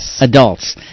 adults